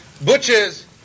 butchers